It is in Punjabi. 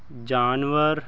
ਜਾਨਵਰ